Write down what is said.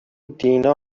دینا